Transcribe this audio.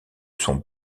son